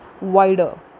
wider